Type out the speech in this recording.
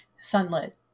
Sunlit